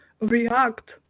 react